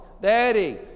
Daddy